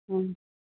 हुन्